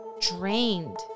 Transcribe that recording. drained